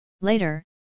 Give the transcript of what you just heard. Later